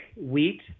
wheat